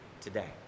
today